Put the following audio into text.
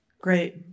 Great